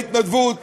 בהתנדבות,